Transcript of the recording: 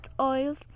oils